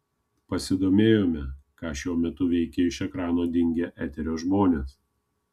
pasidomėjome ką šiuo metu veikia iš ekrano dingę eterio žmonės